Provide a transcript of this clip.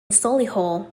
solihull